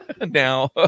now